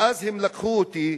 ואז הם לקחו אותי,